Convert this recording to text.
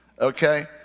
Okay